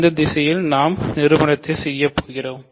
இந்த திசையில் நாம் செய்யப்போகிறோம்